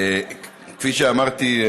כפי שאמרתי,